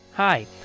Hi